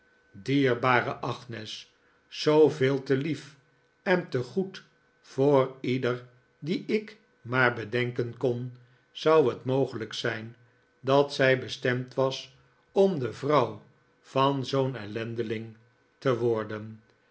dierbare agnes zoo veel te lief en te goed voor ieder dien ik maar bedenken kon zou het mogelijk zijn dat zij bestemd was om de vrouw van zoo'n ellendeling te worden